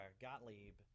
Gottlieb